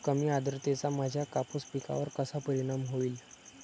कमी आर्द्रतेचा माझ्या कापूस पिकावर कसा परिणाम होईल?